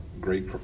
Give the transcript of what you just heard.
great